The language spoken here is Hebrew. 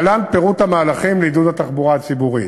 להלן פירוט המהלכים לעידוד התחבורה הציבורית: